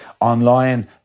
online